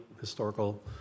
historical